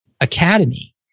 academy